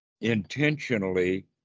intentionally